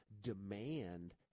demand